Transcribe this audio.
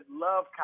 love